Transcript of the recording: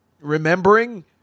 remembering